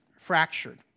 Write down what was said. fractured